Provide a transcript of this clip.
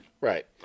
Right